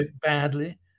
badly